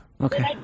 Okay